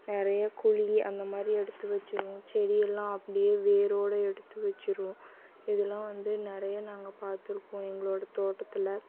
நிறைய குழி அந்த மாதிரி எடுத்து வெச்சுரும் செடியெல்லாம் அப்படியே வேரோடு எடுத்து வெச்சுரும் இதலாம் வந்து நிறையா நாங்கள் பார்த்துருக்கோம் எங்களோட தோட்டத்தில்